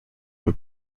have